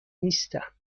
نیستم